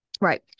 Right